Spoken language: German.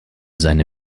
seine